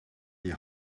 die